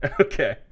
Okay